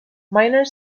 minor